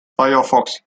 firefox